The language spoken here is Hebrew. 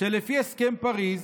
לפי הסכם פריז,